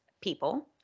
people